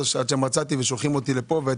לצערנו זה